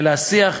אלא השיח,